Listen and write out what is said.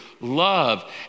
Love